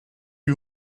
you